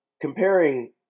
Comparing